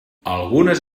algunes